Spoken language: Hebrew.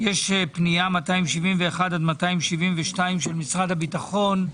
יש פנייה 271 עד 272 של משרד הביטחון.